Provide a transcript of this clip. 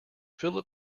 philip